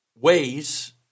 ways